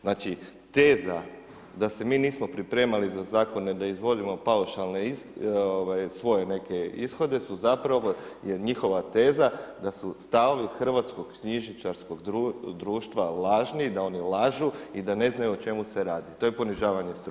Znači teza da se mi nismo pripremali za zakone da iznosimo svoje neke ishode su zapravo je njihova teza da su stavovi hrvatskog knjižničarskog društva lažni, da oni lažu i da ne znaju o čemu se radi, to je ponižavanje struke.